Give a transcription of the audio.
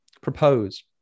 propose